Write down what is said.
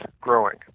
growing